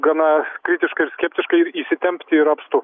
gana kritiškai ir skeptiškai ir įsitempti yra apstu